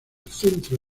centro